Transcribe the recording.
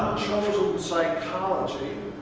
psychology,